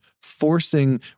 forcing